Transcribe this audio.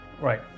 Right